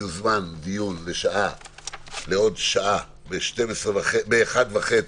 יוזמן דיון לעוד שעה, ב-13:30,